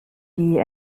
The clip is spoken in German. die